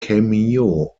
cameo